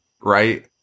right